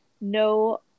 no